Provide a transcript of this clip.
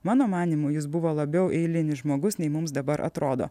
mano manymu jis buvo labiau eilinis žmogus nei mums dabar atrodo